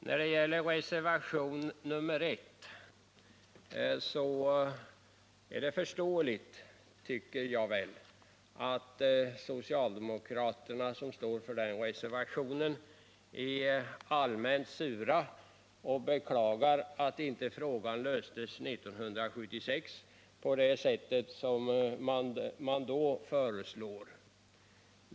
När det gäller reservationen 1 tycker jag det är förståeligt att socialdemokraterna som står för den reservationen är allmänt sura och att de beklagar att inte frågan löstes 1976 på det sätt som man då föreslog.